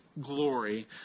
glory